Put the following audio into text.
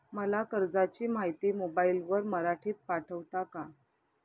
मला कर्जाची माहिती मोबाईलवर मराठीत पाठवता का?